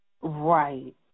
Right